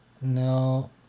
No